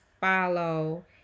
follow